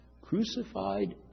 Crucified